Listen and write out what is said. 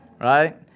right